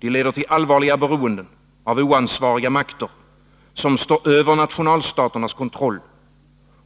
De leder till allvarliga beroenden av oansvariga makter, som står över nationalstaternas kontroll,